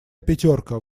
пятерка